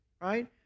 right